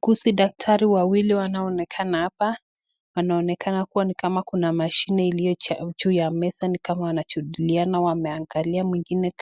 Kusi, Daktari wawili wanaonekana hapa. Wanaonekana kuwa ni kama kuna mashine iliyo juu ya meza, ni kama wanajadiliana, wameangalia. Mwingine